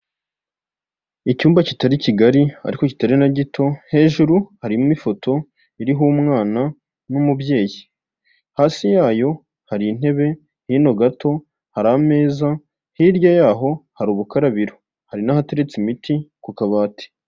Icyumba kitari kigali ariko kitari na gito, hejuru harimo ifoto iriho umwana n'umubyeyi. Hasi yayo hari intebe, hino gato hari ameza, hirya yaho hari ubukarabiro hari n'ahateretse imiti ku kabati.